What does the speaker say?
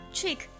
，Trick